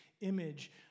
image